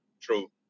True